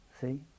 See